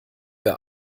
wir